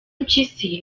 mpyisi